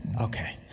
Okay